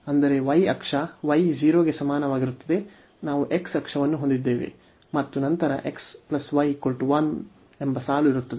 ಅಂದರೆ y ಅಕ್ಷ y 0 ಗೆ ಸಮನಾಗಿರುತ್ತದೆ ನಾವು x ಅಕ್ಷವನ್ನು ಹೊಂದಿದ್ದೇವೆ ಮತ್ತು ನಂತರ x y 1 ಎಂಬ ಸಾಲು ಇರುತ್ತದೆ